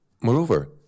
Moreover